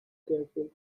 careful